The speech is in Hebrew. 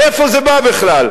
מאיפה זה בא בכלל?